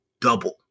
double